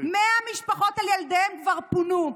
100 משפחות על ילדיהן כבר פונו.